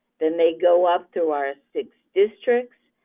then they go up through our six districts,